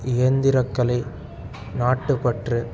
இயந்திரக்கலை நாட்டுப்பற்று